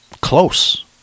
close